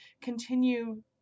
continue